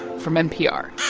from npr